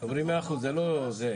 זה לא זה,